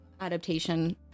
adaptation